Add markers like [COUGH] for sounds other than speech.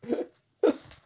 [LAUGHS]